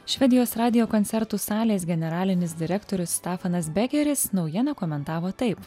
švedijos radijo koncertų salės generalinis direktorius stefanas bekeris naujieną komentavo taip